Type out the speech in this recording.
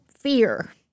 fear